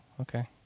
okay